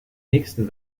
nächsten